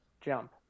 jump